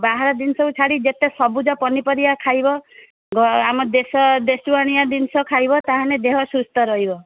ବାହାର ଜିନିଷକୁ ଛାଡ଼ି ଯେତେ ସବୁଜ ପନିପରିବା ଖାଇବ ଆମ ଦେଶ ଦେଶୁଆଣୀ ଜିନିଷ ଖାଇବ ତାହାଲେ ଦେହ ସୁସ୍ଥ ରହିବ